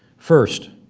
first,